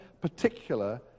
particular